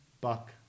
Buck